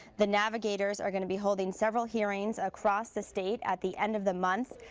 the navigators are going to be holding several hearings across the state at the end of the month.